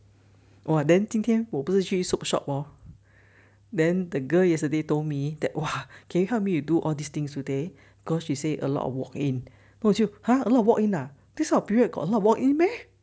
!wah! then 今天我不是去 soap shop lor then the girl yesterday told me that !wah! can you help me you do all these things today cause she say a lot of walk in then 我就 !huh! a lot of walk in ah this type of period got lot of walk in meh